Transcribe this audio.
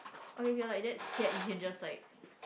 okay if you're like that scared you can just like